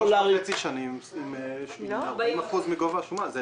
עוד שלוש שנים וחצי עם 40% מגובה השומה.